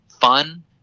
fun